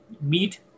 meet